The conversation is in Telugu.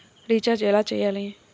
రిచార్జ ఎలా చెయ్యాలి?